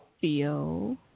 Feel